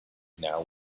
now